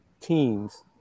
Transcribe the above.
teams